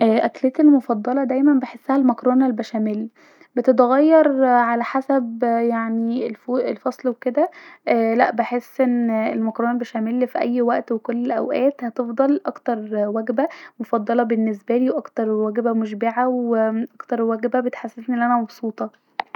أكلتي المفضله دايما بحسها المكرونه البشاميل بتتغير علي حسب يعني الفصل وكدة لا بحس أن المكرونه بالبشاميل في اي وقت وفي كل الأوقات هتفضل وجبه مفضله بالنسبالي واكتر وجبه مشبعه واكتر وجبه بتحسسني أن انا مبسوطة